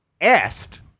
asked